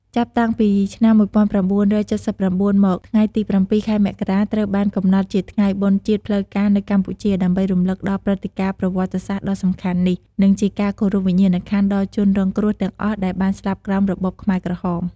ចាប់តាំងពីឆ្នាំ ១៩៧៩ មក ថ្ងៃទី៧ ខែមករា ត្រូវបានកំណត់ជាថ្ងៃបុណ្យជាតិផ្លូវការនៅកម្ពុជា ដើម្បីរំឭកដល់ព្រឹត្តិការណ៍ប្រវត្តិសាស្ត្រដ៏សំខាន់នេះ និងជាការគោរពវិញ្ញាណក្ខន្ធដល់ជនរងគ្រោះទាំងអស់ដែលបានស្លាប់ក្រោមរបបខ្មែរក្រហម។